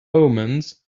omens